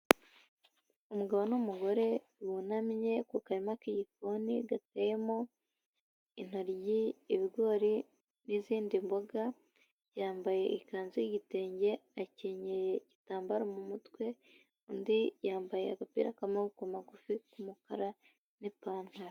Umugabo n'umugore bunamye ku karima k'igikoni gateyemo intoryi, ibigori n'izindi mboga. Yambaye ikanzu y'igitenge, akenyeye igitambaro mu mutwe, undi yambaye agapira k'amaboko magufi k'umukara n'ipantaro.